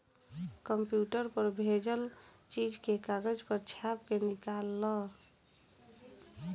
computer पर भेजल चीज के कागज पर छाप के निकाल ल